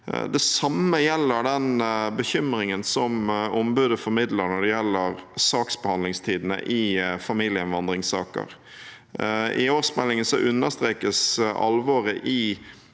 Det samme gjelder den bekymringen ombudet formidler når det gjelder saksbehandlingstidene i familieinnvandringssaker. I årsmeldingen understrekes alvoret i